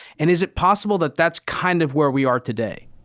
and is it possible that that's kind of where we are today?